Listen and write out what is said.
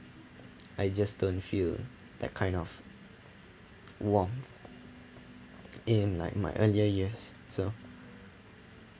I just don't feel that kind of warmth in like my earlier years so